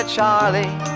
Charlie